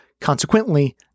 Consequently